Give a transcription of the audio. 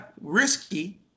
Risky